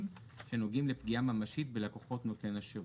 שנוגעים לפגישה ממשית בלקוחות נותן השירות".